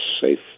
safe